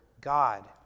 God